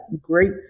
great